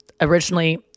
originally